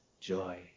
joy